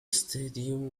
stadium